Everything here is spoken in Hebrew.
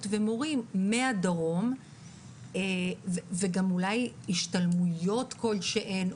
ומורים מהדרום וגם אולי השתלמויות כלשהן,